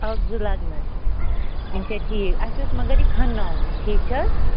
اکھ زٕ لَگنَس اچھا ٹھیٖک اَسہِ اوس مگر یہِ کھَنناوُن ٹھیٖک چھ حظ